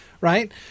right